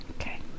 Okay